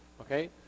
okay